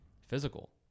physical